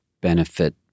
Benefit